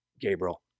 Gabriel